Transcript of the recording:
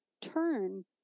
turn